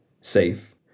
safe